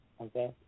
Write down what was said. Okay